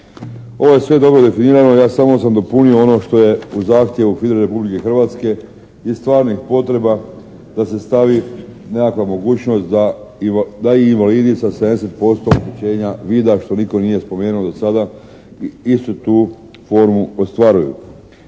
Ovo je sve dobro definirano, ja samo sam dopunio ono što je u zahtjevu …/Govornik se ne razumije./… Republike Hrvatske i stvarnih potreba da se stavi nekakva mogućnost da i invalidi sa 70% oštećenja vida što nitko nije spomenuo do sada istu tu formu ostvaruju.